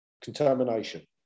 contamination